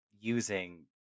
using